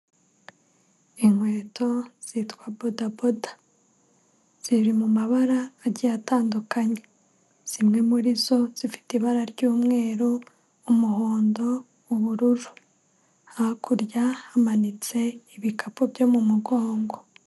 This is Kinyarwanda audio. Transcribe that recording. Inkweto zitwa bodaboda. Ziri mu mabara agiye atandukanye. Zimwe muri zo zifite ibara ry'umweru, umuhondo, ubururu. Hakurya hamanitse ibikapu byo mu mugongo.